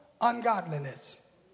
ungodliness